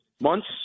months